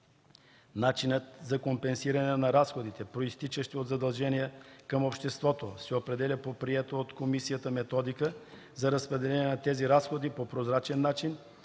Начинът за компенсиране на разходите, произтичащи от задължения към обществото, се определя по приета от комисията методика за разпределение на тези разходи по прозрачен начин